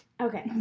Okay